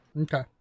Okay